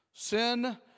Sin